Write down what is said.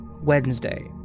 Wednesday